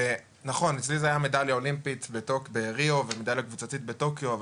נכון אצלי זו הייתה מדליה אולימפית בריו ומדליה קבוצתית בטוקיו,